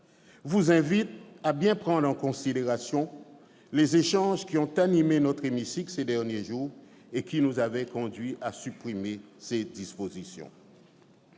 vous invite à bien prendre en considération les échanges qui ont animé notre hémicycle ces derniers jours et qui nous avaient conduits à supprimer ces dispositions.